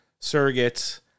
surrogates